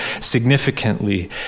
significantly